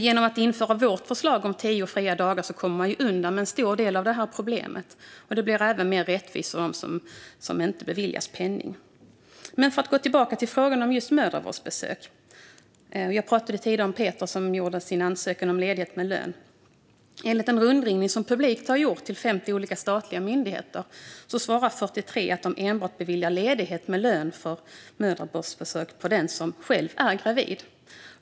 Genom att införa vårt förslag om tio fria dagar kommer man undan en stor del av problemet. Det blir även mer rättvist för dem som inte beviljas graviditetspenning. Men jag går tillbaka till frågan om just mödravårdsbesök. Jag talade tidigare om Peter, som ansökte om ledighet med lön. Enligt en rundringning som Publikt har gjort till 50 olika statliga myndigheter svarar 43 att de beviljar ledighet med lön för mödravårdsbesök endast för den som är gravid.